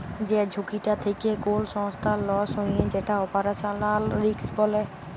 যে ঝুঁকিটা থেক্যে কোল সংস্থার লস হ্যয়ে যেটা অপারেশনাল রিস্ক বলে